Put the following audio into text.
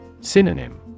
Synonym